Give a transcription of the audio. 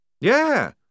Yeah